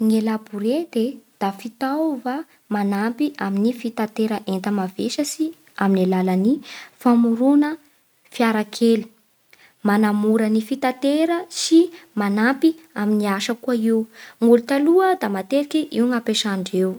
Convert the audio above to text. Ny laborety e da fitaova manampy amin'ny fitantera enta mavesatsy amin'ny alalan'ny famorona fiara kely. Manamora ny fitantera sy manampy amin'ny asa koa io. Ny olo taloha da matetiky da io no ampiasandreo.